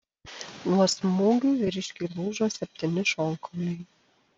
nuo smūgių vyriškiui lūžo septyni šonkauliai